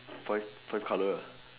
five five colour